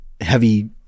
heavy